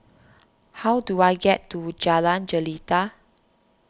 how do I get to Jalan Jelita